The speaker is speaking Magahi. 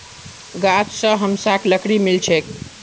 गाछ स हमसाक लकड़ी मिल छेक